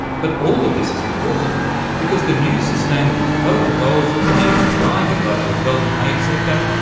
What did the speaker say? but all of this is important because the new sustainable development goals are meant to guide the global development aid sector,